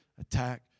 attack